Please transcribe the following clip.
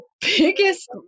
biggest